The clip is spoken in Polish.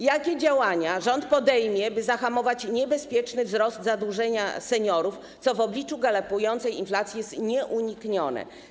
Jakie działania rząd podejmie, by zahamować niebezpieczny wzrost zadłużenia seniorów, co w obliczu galopującej inflacji jest nieuniknione?